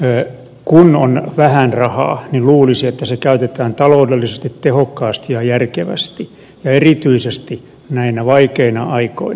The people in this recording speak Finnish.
kun on vähän rahaa niin luulisi että se käytetään taloudellisesti tehokkaasti ja järkevästi ja erityisesti näinä vaikeina aikoina